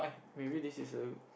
maybe this is a